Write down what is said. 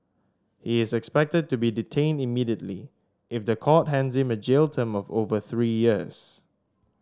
he is expected to be detained immediately if the court hands him a jail term of over three years